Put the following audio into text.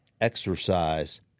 exercise